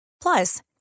Plus